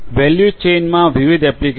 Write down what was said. value ચેઇનમાં વિવિધ એપ્લિકેશનો